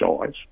size